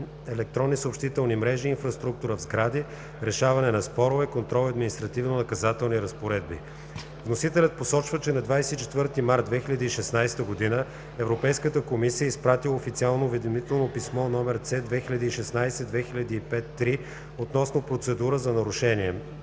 „Електронни съобщителни мрежа и инфраструктура в сгради“; „Решаване на спорове“; „Контрол и административнонаказателни разпоредби“. Вносителят посочва, че на 24 март 2016 г. Европейската комисия (ЕК) е изпратила официално уведомително писмо № C (2016) 2005/3 относно процедура за нарушение